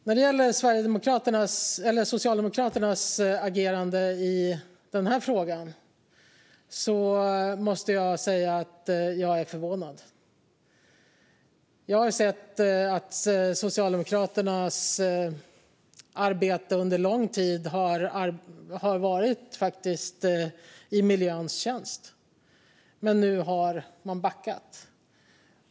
När det gäller Socialdemokraternas agerande i den här frågan måste jag säga att jag är förvånad. Socialdemokraterna har under lång tid arbetat i miljöns tjänst, men nu har man backat.